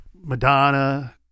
Madonna